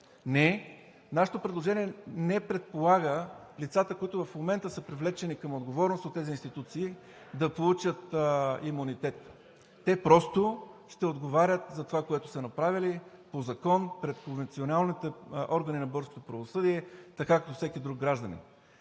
Не, нашето предложение не предполага лицата, които в момента са привлечени към отговорност от тези институции, да получат имунитет. Те просто ще отговарят за това, което са направили по закон, пред конвенционалните органи на българското правосъдие така, както всеки друг гражданин,